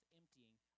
emptying